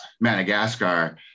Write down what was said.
Madagascar